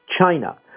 China